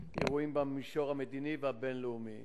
ואירועים במישור המדיני והבין-לאומי.